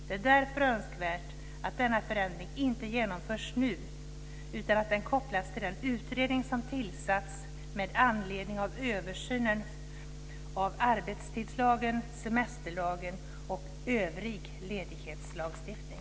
Det är därför önskvärt att denna förändring inte genomförs nu, utan att den kopplas till den utredning som tillsatts med anledning av översynen av arbetstidslagen, semesterlagen och övrig ledighetslagstiftning.